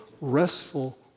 restful